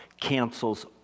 cancels